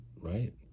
right